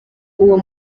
uwo